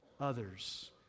others